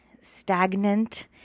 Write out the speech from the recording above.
stagnant